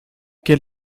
quel